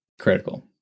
critical